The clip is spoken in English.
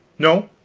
no,